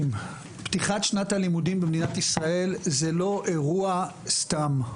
פתיחת שנת הלימודים במדינת ישראל זה לא סתם אירוע,